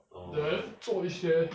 orh